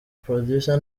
producer